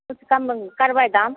किछु कम करबै दाम